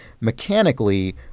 mechanically